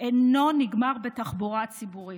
אינו נגמר בתחבורה הציבורית.